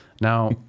Now